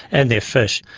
and their fish.